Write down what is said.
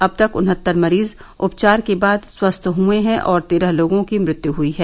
अब तक उनहत्तर मरीज उपचार के बाद स्वस्थ हुए हैं और तेरह लोगों की मृत्यु हुई है